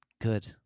Good